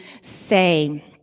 say